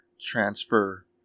transfer